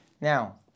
Now